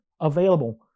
available